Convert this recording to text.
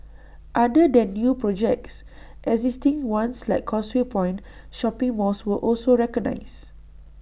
other than new projects existing ones like causeway point shopping mall were also recognised